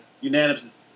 unanimous